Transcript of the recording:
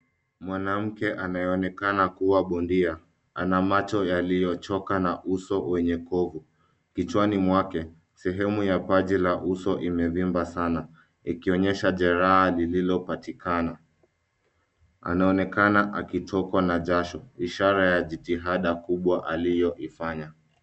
Mwanamke anayeonekana kuwa bondia ana macho yaliyochoka na uso wenye gogo. Kichwani mwake sehemu ya paji la uso imevimba sana ikionyesha jeraha lililopatikana. Anaonekana akitokwa na jasho ishara ya jitihada kubwa alilofanya.